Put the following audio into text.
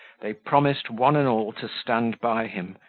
they promised one and all to stand by him,